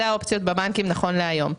זה האופציות בבנקים נכון להיום.